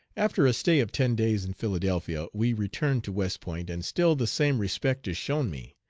after a stay of ten days in philadelphia, we return to west point, and still the same respect is shown me.